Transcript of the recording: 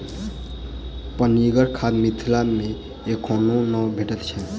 पनिगर खाद मिथिला मे एखनो नै भेटैत छै